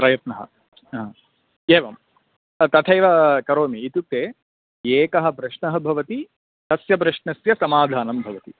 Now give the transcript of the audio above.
प्रयत्नः हा एवं तथैव करोमि इत्युक्ते एकः प्रश्नः भवति तस्य प्रश्नस्य समाधानं भवति